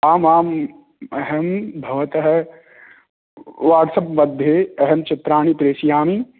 आम् आम् अहं भवतः वाट्सप् मध्ये अहं चित्राणि प्रेषयामि